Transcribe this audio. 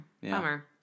bummer